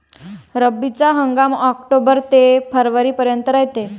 रब्बीचा हंगाम आक्टोबर ते फरवरीपर्यंत रायते